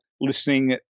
listening